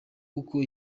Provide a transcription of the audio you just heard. uko